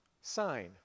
sign